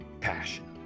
passion